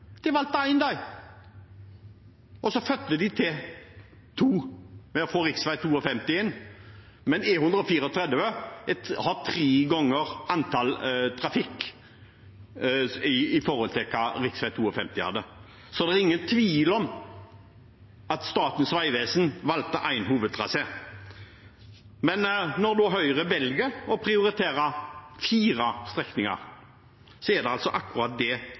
få rv. 52 inn. Men E134 har tre ganger så mye trafikk i forhold til hva rv. 52 har. Så det er ingen tvil om at Statens vegvesen valgte en hovedtrasé. Men når da Høyre velger å prioritere fire strekninger, er det akkurat det